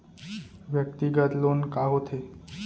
व्यक्तिगत लोन का होथे?